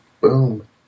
Boom